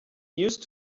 used